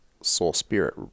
soul-spirit